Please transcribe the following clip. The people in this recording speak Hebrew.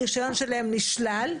הרישיון שלהם נשלל,